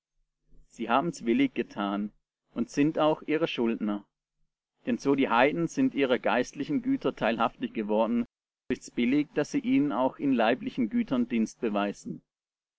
sie haben's willig getan und sind auch ihre schuldner denn so die heiden sind ihrer geistlichen güter teilhaftig geworden ist's billig daß sie ihnen auch in leiblichen gütern dienst beweisen